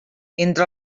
entre